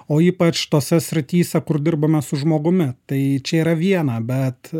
o ypač tose srityse kur dirbame su žmogumi tai čia yra viena bet